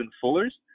Fuller's